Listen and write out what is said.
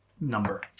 number